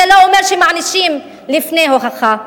זה לא אומר שמענישים לפני הוכחה.